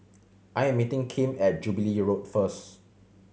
I am meeting Kim at Jubilee Road first